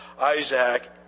Isaac